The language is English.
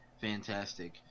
fantastic